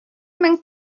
мең